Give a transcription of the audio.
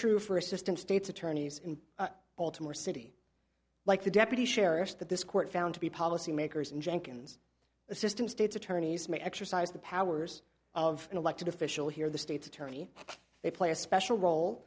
true for assistant states attorneys in baltimore city like the deputy sheriff that this court found to be policy makers and jenkins the system state's attorneys may exercise the powers of an elected official here the state's attorney they play a special role